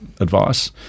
advice